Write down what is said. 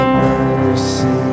mercy